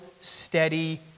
steady